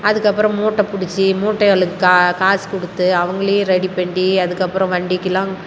அதுக்கப்புறம் மூட்டை பிடிச்சி மூட்டை இவ்வளோவுக்கு காசு கொடுத்து அவங்களையும் ரெடி பண்ணி அதுக்கப்புறம் வண்டிக்கலாம்